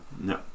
No